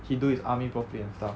he do his army properly and stuff